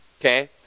Okay